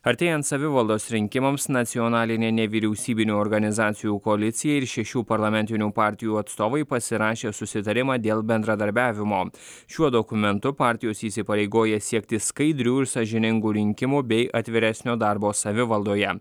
artėjant savivaldos rinkimams nacionalinė nevyriausybinių organizacijų koalicija ir šešių parlamentinių partijų atstovai pasirašė susitarimą dėl bendradarbiavimo šiuo dokumentu partijos įsipareigoja siekti skaidrių ir sąžiningų rinkimų bei atviresnio darbo savivaldoje